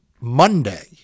Monday